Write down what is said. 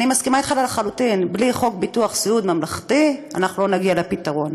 אני מסכימה אתך לחלוטין: בלי חוק ביטוח סיעוד ממלכתי לא נגיע לפתרון.